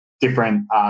different